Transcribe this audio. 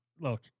look